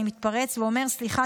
אני מתפרץ ואומר: סליחה,